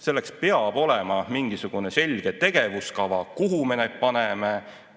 Selleks peab olema mingisugune selge tegevuskava, kuhu me need paneme,